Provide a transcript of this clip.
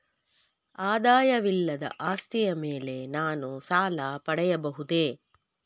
ಆದಾಯವಿಲ್ಲದ ಆಸ್ತಿಯ ಮೇಲೆ ನಾನು ಸಾಲ ಪಡೆಯಬಹುದೇ?